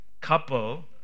couple